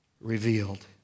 revealed